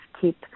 keep